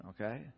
okay